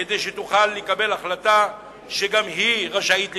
כדי שתוכל להתקבל החלטה שגם היא רשאית לקבל.